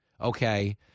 okay